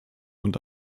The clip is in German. und